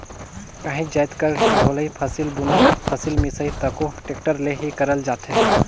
काहीच जाएत कर डोहई, फसिल बुनई, फसिल मिसई तको टेक्टर ले ही करल जाथे